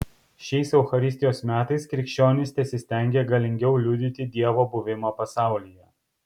šiais eucharistijos metais krikščionys tesistengia galingiau liudyti dievo buvimą pasaulyje